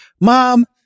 mom